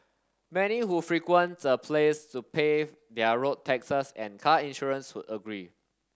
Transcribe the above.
many who frequent the place to pay their road taxes and car insurance would agree